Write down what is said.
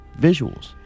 visuals